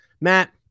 Matt